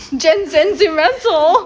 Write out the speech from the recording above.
gen zentimental